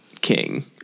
King